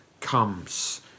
comes